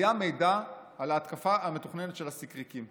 היה מידע על ההתקפה המתוכננת של הסיקריקים.